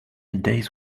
days